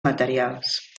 materials